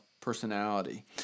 personality